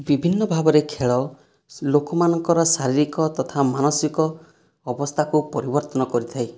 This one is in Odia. ବିଭିନ୍ନ ଭାବରେ ଖେଳ ଲୋକମାନଙ୍କର ଶାରୀରିକ ତଥା ମାନସିକ ଅବସ୍ତାକୁ ପରିବର୍ତ୍ତନ କରିଥାଏ